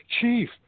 Chief